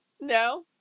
No